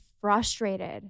frustrated